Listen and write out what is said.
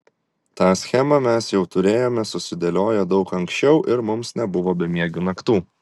tą schemą mes jau turėjome susidėlioję daug ankščiau ir mums nebuvo bemiegių naktų